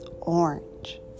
orange